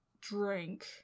drink